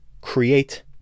create